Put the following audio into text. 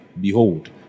Behold